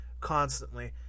constantly